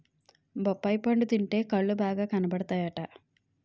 బొప్పాయి పండు తింటే కళ్ళు బాగా కనబడతాయట